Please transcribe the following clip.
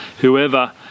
whoever